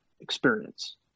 experience